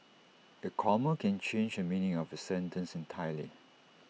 A comma can change the meaning of A sentence entirely